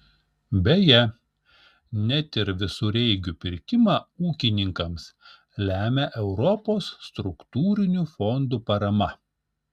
beje net ir visureigių pirkimą ūkininkams lemia europos struktūrinių fondų parama